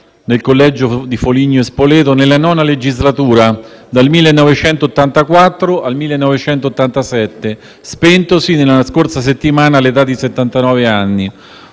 nel collegio di Foligno e Spoleto nella IX legislatura, dal 1984 al 1987, spentosi nella scorsa settimana all'età di